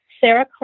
Sarah